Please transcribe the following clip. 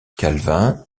calvin